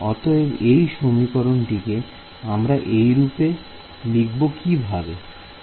অতএব এই সমীকরণটিকে এইরূপে আমি কিভাবে পাব